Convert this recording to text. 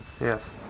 Yes